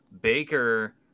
Baker